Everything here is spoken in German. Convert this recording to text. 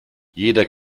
jeder